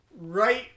right